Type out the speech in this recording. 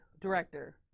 director